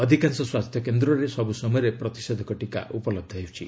ଅଧିକାଂଶ ସ୍ୱାସ୍ଥ୍ୟ କେନ୍ଦ୍ରରେ ସବୁ ସମୟରେ ପ୍ରତିଷେଧକ ଟୀକା ଉପଲହ୍ଧ ହେଉଛି